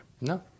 No